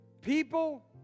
People